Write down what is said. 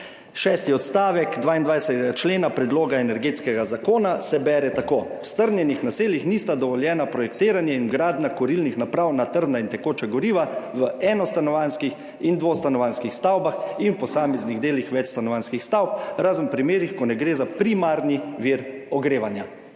6. odstavek 22. člena predloga energetskega zakona se bere tako: »V strnjenih naseljih nista dovoljena projektiranje in gradnja kurilnih naprav na trdna in tekoča goriva v enostanovanjskih in dvostanovanjskih stavbah in v posameznih delih večstanovanjskih stavb, razen v primerih, ko ne gre za primarni vir ogrevanja.«